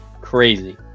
crazy